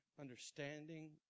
understanding